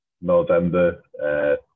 november